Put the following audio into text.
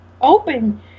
Open